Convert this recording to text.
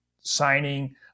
signing